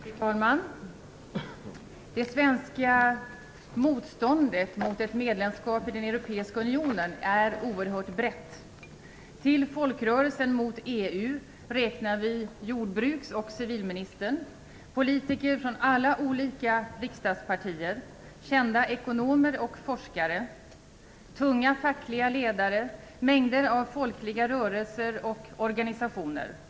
Fru talman! Det svenska motståndet mot ett medlemskap i den europeiska unionen är oerhört brett. Till folkrörelsen mot EU räknar vi jordbruksoch civilministern, politiker från alla olika riksdagspartier, kända ekonomer och forskare, tunga fackliga ledare, mängder av folkliga rörelser och organisationer.